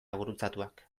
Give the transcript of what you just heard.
gurutzatuak